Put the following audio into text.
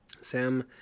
Sam